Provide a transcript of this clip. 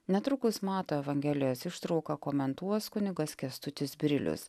netrukus mato evangelijos ištrauką komentuos kunigas kęstutis brilius